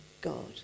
God